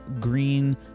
green